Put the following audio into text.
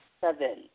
Seven